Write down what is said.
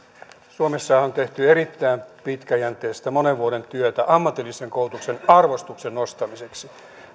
suomessahan on tehty erittäin pitkäjänteistä monen vuoden työtä ammatillisen koulutuksen arvostuksen nostamiseksi